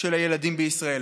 של הילדים בישראל?